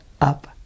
up